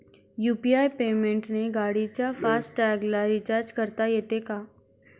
UPI पेमेंटने गाडीच्या फास्ट टॅगला रिर्चाज करता येते का?